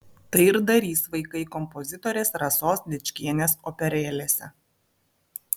tai ir darys vaikai kompozitorės rasos dikčienės operėlėse